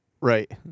Right